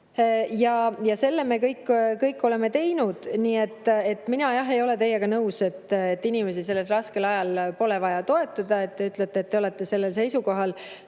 Selle kõik me oleme teinud. Nii et mina ei ole teiega nõus, et inimesi sellel raskel ajal pole vaja toetada. Te ütlete, et te olete sellel seisukohal.